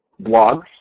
blogs